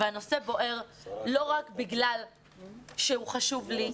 והוא בוער לא רק בגלל שהוא חשוב לי.